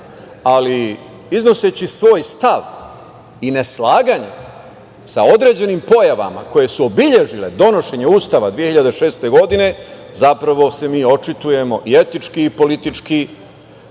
ali iznoseći svoj stav i ne slaganje sa određenim pojavama koje su obeležile donošenje Ustava 2006. godine, zapravo se mi očitujemo i etički i politički,